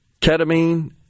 ketamine